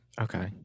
Okay